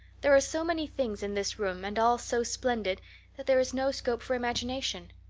there are so many things in this room and all so splendid that there is no scope for imagination.